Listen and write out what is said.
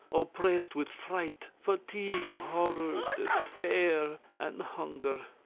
oppressed with fright, fatigue, horror, despair, and hunger.